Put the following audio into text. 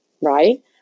Right